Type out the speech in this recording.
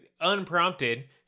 unprompted